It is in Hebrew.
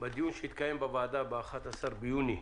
בדיון שהתקיים בוועדה ב-11 ביוני,